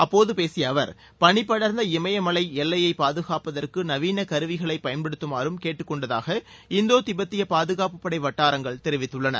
அப்போது பேசிய அவர் பனி படர்ந்த இமயமலை எல்லையைப் பாதுகாப்பதற்கு நவீன கருவிகளை பயன்படுத்துமாறும் கேட்டுக் கொண்டதாக இந்தோ வட்டாரங்கள் தெரிவித்துள்ளன